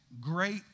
great